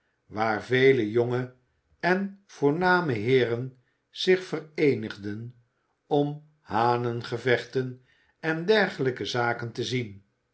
waar vele jonge en voorname heeren zich vereenigden om hanengevechten en dergelijke zaken te zien